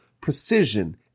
precision